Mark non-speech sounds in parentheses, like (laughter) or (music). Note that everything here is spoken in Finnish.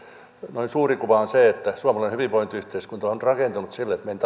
noin suuri kuva on se että suomalainen hyvinvointiyhteiskunta on rakentunut sille että meidän (unintelligible)